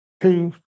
two